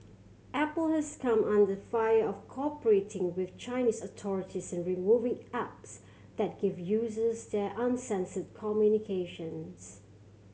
Apple has come under fire of cooperating with Chinese authorities in removing apps that give users there uncensored communications